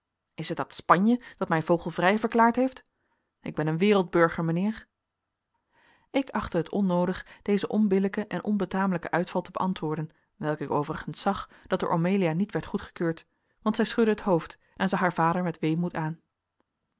is het dat spanje dat mij vogelvrij verklaard heeft ik ben een wereldburger mijnheer ik achtte het onnoodig dezen onbillijken en onbetamelijken uitval te beantwoorden welke ik overigens zag dat door amelia niet werd goedgekeurd want zij schudde het hoofd en zag haar vader met weemoed aan